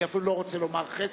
אני אפילו לא רוצה לומר חסד,